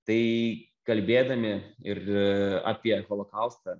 tai kalbėdami ir apie holokaustą